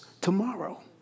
tomorrow